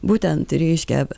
būtent reiškia